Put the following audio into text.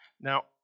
Now